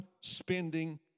spending